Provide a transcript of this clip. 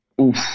oof